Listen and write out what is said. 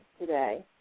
today